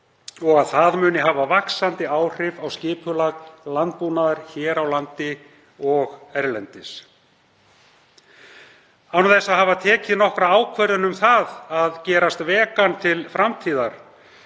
og að það muni hafa vaxandi áhrif á skipulag landbúnaðar hér á landi og erlendis. Án þess að hafa tekið nokkra ákvörðun um að gerast vegan til framtíðar